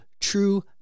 true